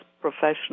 professional